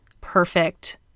perfect